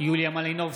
יוליה מלינובסקי,